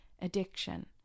addiction